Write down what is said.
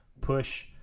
push